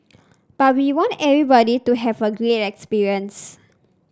but we want everybody to have a great experience